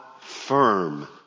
firm